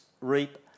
reap